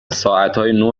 ساعتای